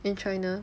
in china